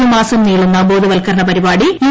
ഒരു മാസം നീളുന്ന ബോധവൽകരണ പരിപാടി യു